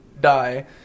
die